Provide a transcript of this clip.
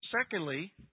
Secondly